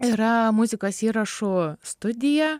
yra muzikos įrašų studija